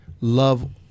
love